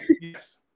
yes